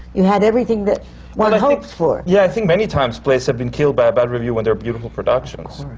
you had everything that one hopes for. yeah, i think many times plays have been killed by a bad review when they're beautiful productions.